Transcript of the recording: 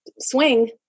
swing